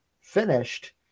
finished